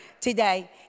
today